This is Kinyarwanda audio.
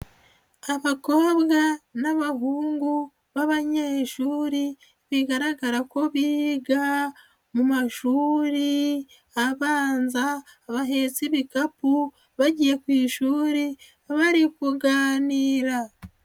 Abakobwa n'abahungu b'abanyeshuri bigaragara ko biga mu mashuri abanza bahetse ibikapu bagiye ku ishuri bari kuganira.